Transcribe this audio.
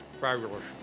fabulous